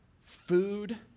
food